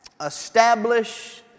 establish